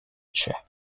track